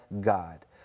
God